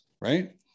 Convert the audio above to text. Right